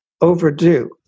overdue